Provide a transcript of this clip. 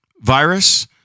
virus